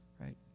right